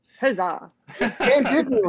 Huzzah